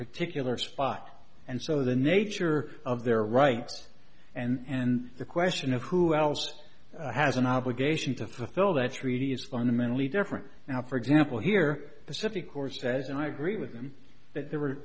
particular spot and so the nature of their rights and the question of who else has an obligation to fulfill that treaty is fundamentally different now for example here pacific or says and i agree with them that there were